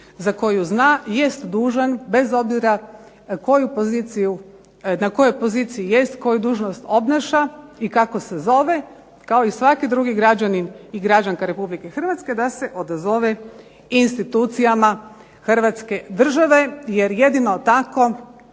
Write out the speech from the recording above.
za koju zna, jest dužan bez obzira koju poziciju, na kojoj poziciji jest, koju dužnost obnaša i kako se zove kao i svaki drugi građanin i građanka Republike Hrvatske da se odazove institucijama Hrvatske države jer jedino tako